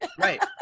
Right